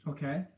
Okay